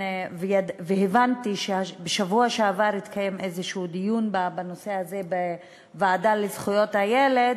והבנתי שבשבוע שעבר התקיים איזה דיון בנושא הזה בוועדה לזכויות הילד,